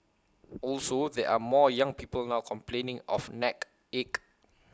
also there are more young people now complaining of neck ache